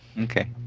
Okay